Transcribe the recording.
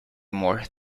more